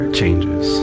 changes